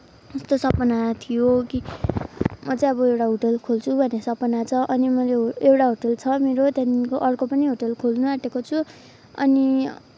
यस्तो सपना थियो कि म चाहिँ अब एउटा होटल खोल्छु भन्ने सपना छ अनि मैले हो एउटा होटल छ मेरो त्यहाँदेखिको अर्को पनि होटल खोल्नु आँटेको छु अनि